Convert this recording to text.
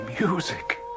music